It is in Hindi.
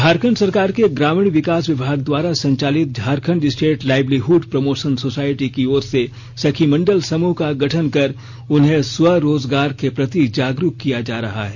झारखंड सरकार के ग्रामीण विकास विभाग द्वारा संचालित Jharkhand state livelihood promotion society की ओर से सखी मंडल समृह का गठन कर उन्हें स्वरोजगार के प्रति जागरूक किया जा रहा है